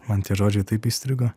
man tie žodžiai taip įstrigo